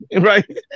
right